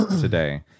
today